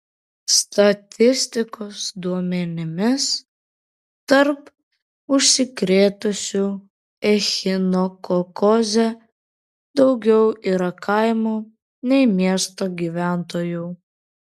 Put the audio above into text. statistikos duomenimis tarp užsikrėtusių echinokokoze daugiau yra kaimo nei miesto gyventojų